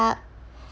up